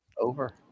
Over